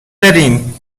برین